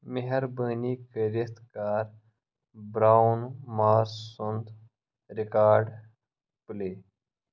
مہربٲنی کٔرِتھ کر برٛاوُن مارس سُنٛد ریکارڈ پُلے